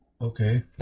Okay